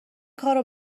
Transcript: کارو